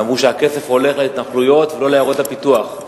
ואמרו שהכסף הולך להתנחלויות ולא לעיירות הפיתוח.